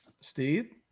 Steve